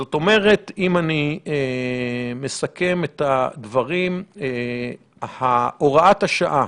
זאת אומרת, אם אני מסכם את הדברים, הוראת השעה